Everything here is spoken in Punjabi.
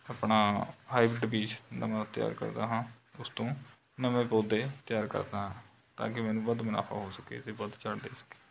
ਆਪਣਾ ਹਾਈਬਰਿਡ ਬੀਜ ਨਵਾਂ ਤਿਆਰ ਕਰਦਾ ਹਾਂ ਉਸ ਤੋਂ ਨਵੇਂ ਪੌਦੇ ਤਿਆਰ ਕਰਦਾ ਹਾਂ ਤਾਂ ਕਿ ਮੈਨੂੰ ਵੱਧ ਮੁਨਾਫਾ ਹੋ ਸਕੇ ਅਤੇ ਵੱਧ ਝਾੜ ਦੇ ਸਕੇ